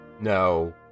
No